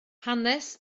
hanes